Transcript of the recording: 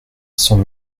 cents